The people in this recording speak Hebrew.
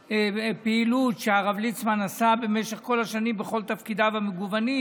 מהפעילות שהרב ליצמן עשה במשך כל השנים בכל תפקידיו המגוונים,